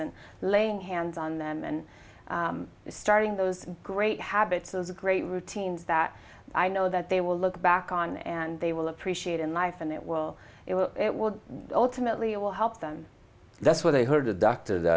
and laying hands on them and starting those great habits those great routines that i know that they will look back on and they will appreciate in life and it will it will it will ultimately it will help them that's what they heard a doctor the